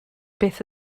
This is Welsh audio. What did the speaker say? beth